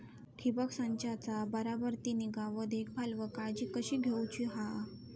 ठिबक संचाचा बराबर ती निगा व देखभाल व काळजी कशी घेऊची हा?